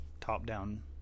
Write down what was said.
top-down